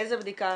איזה בדיקה?